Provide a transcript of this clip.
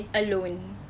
alone